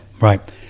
right